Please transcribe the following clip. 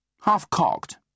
half-cocked